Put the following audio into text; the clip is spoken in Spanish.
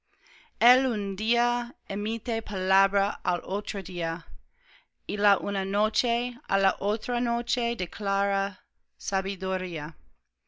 el un día emite palabra al otro día y la una noche á la otra noche declara sabiduría